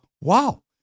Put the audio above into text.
wow